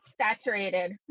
Saturated